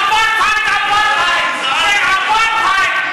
אפרטהייד, אפרטהייד, אפרטהייד.